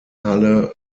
halle